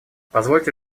позвольте